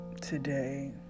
today